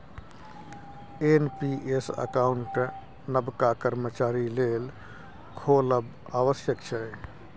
NPS account नबका कर्मचारी लेल खोलब आबश्यक छै